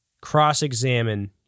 cross-examine